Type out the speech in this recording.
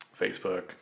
Facebook